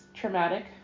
traumatic